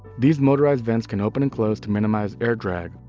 these motorized vents can open and close to minimize air drag,